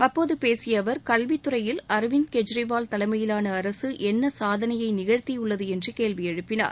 அப்போது பேசிய அவர் கல்வித் துறையில் அரவிந்த் கெஜ்ரிவால் தலைமையிலாள அரசு என்ன சாதனையை நிகழ்த்தியுள்ளது என்று கேள்வி எழுப்பினார்